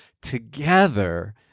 together